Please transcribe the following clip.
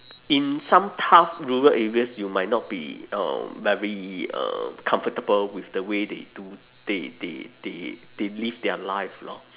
in some tough rural areas you might not be um very uh comfortable with the way they do they they they they live their life lor